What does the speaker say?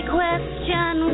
question